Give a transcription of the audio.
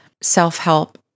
self-help